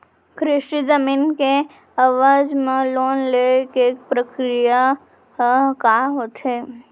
कृषि जमीन के एवज म लोन ले के प्रक्रिया ह का होथे?